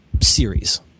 series